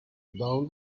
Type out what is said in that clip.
down